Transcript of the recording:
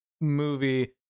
movie